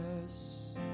yes